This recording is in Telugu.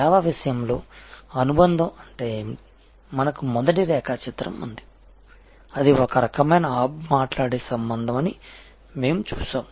సేవ విషయంలో అనుబంధ అంటే మనకు మొదటి రేఖాచిత్రం ఉంది అది ఒక రకమైన హబ్ మాట్లాడే సంబంధం అని మేము చూశాము